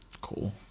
Cool